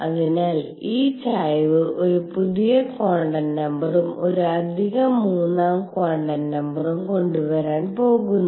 അതിനാൽ ഈ ചായ്വ് ഒരു പുതിയ ക്വാണ്ടം നമ്പറും ഒരു അധിക മൂന്നാം ക്വാണ്ടം നമ്പറും കൊണ്ടുവരാൻ പോകുന്നു